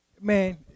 man